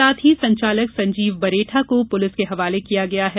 साथ ही संचालक संजीव बरेठा को पुलिस के हवाले किया गया है